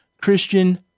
christian